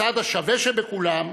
הצד השווה שבכולם,